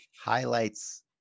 highlights